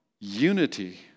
Unity